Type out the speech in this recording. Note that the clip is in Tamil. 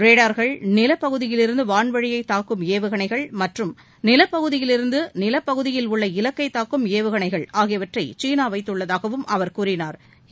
ரேடார்கள் நிலப்பகுதியிலிருந்து வான்வழியை தாக்கும் ஏவுகணைகள் மற்றும் நிலப்பகுதியிலிருந்து நிலப்பகுதியிலுள்ள இலக்கை தாக்கும் ஏவுகனைகள் ஆகியவற்றை சீனா வைத்துள்ளதாகவும் அவர் கூறினாா்